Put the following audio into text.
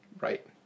Right